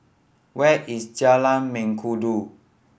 where is Jalan Mengkudu